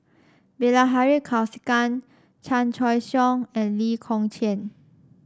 Bilahari Kausikan Chan Choy Siong and Lee Kong Chian